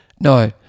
No